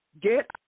Get